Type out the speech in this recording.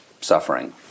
suffering